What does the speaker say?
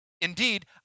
Indeed